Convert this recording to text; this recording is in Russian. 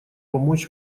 помочь